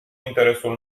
interesul